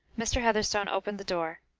mr. heatherstone opened the door,